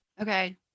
Okay